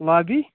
lobby